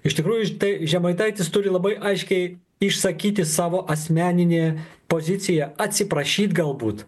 iš tikrųjų tai žemaitaitis turi labai aiškiai išsakyti savo asmeninę poziciją atsiprašyt galbūt